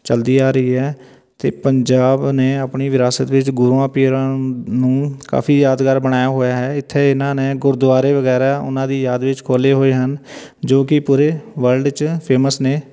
ਚਲਦੀ ਆ ਰਹੀ ਹੈ ਅਤੇ ਪੰਜਾਬ ਨੇ ਆਪਣੀ ਵਿਰਾਸਤ ਵਿੱਚ ਗੁਰੂਆਂ ਪੀਰਾਂ ਨੂੰ ਕਾਫੀ ਯਾਦਗਾਰ ਬਣਾਇਆ ਹੋਇਆ ਹੈ ਇੱਥੇ ਇਹਨਾਂ ਨੇ ਗੁਰਦੁਆਰੇ ਵਗੈਰਾ ਉਹਨਾਂ ਦੀ ਯਾਦ ਵਿੱਚ ਖੋਲੇ ਹੋਏ ਹਨ ਜੋ ਕਿ ਪੂਰੇ ਵਰਲਡ 'ਚ ਫੇਮਸ ਨੇ